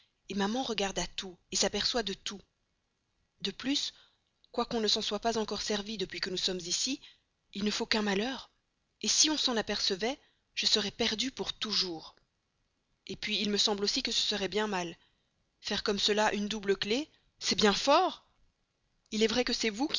différence maman regarde à tout s'aperçoit de tout de plus quoiqu'on ne s'en soit pas encore servi depuis que nous sommes ici il ne faut qu'un malheur si on s'en apercevait je serais perdue pour toujours et puis il me semble aussi que ce serait bien mal faire comme cela une double clef c'est bien fort il est vrai que c'est vous